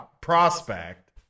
prospect